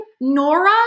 Nora